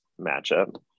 matchup